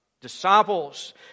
Disciples